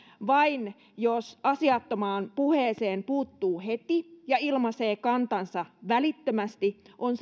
vain se jos asiattomaan puheeseen puuttuu heti ja ilmaisee kantansa välittömästi on